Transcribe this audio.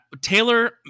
Taylor